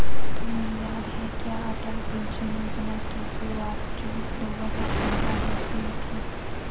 तुम्हें याद है क्या अटल पेंशन योजना की शुरुआत जून दो हजार पंद्रह में हुई थी?